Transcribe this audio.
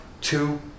two